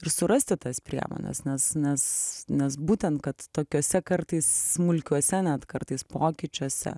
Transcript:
ir surasti tas priemones nes nes nes būtent kad tokiuose kartais smulkiuose net kartais pokyčiuose